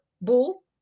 bull